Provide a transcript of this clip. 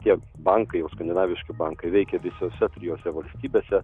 tie bankai jau skandinaviški bankai veikia visose trijose valstybėse